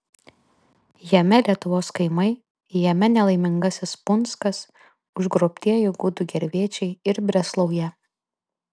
jame lietuvos kaimai jame nelaimingasis punskas užgrobtieji gudų gervėčiai ir breslauja